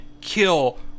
kill